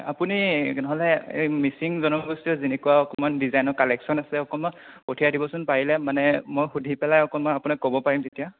আপুনি নহ'লে মিচিং জনগোষ্ঠীয় যেনেকুৱা অকণমান ডিজাইন কালেকশ্যন আছে অকণমান পঠিয়াই দিবচোন পাৰিলে মানে মই সুধি পেলাই অকণমান আপোনাক ক'ব পাৰিম তেতিয়া